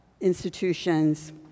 institutions